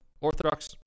Orthodox